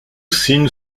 sin